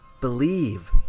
believe